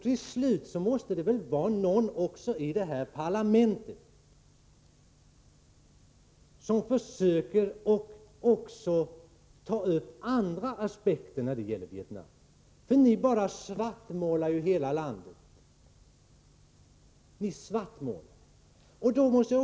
Till slut måste det vara någon också i detta parlament som försöker ta upp andra aspekter när det gäller Vietnam. Ni bara svartmålar hela landet.